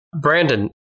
Brandon